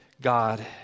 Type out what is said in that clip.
God